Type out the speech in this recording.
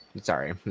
Sorry